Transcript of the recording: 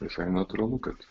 visai natūralu kad